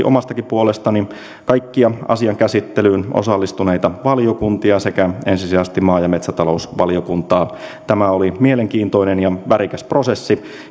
omastakin puolestani kaikkia asian käsittelyyn osallistuneita valiokuntia ensisijaisesti maa ja metsätalousvaliokuntaa tämä oli mielenkiintoinen ja värikäs prosessi